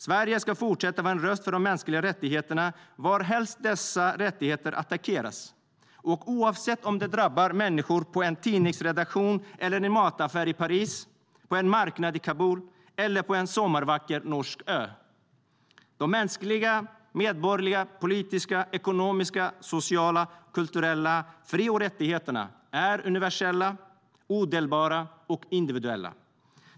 Sverige ska fortsätta att vara en röst för de mänskliga rättigheterna varhelst dessa rättigheter attackeras oavsett om människor drabbas på en tidningsredaktion eller i en mataffär i Paris, på en marknad i Kabul eller på en sommarvacker norsk ö. De mänskliga, medborgerliga, politiska, ekonomiska, sociala och kulturella fri och rättigheterna är universella, odelbara och individuella.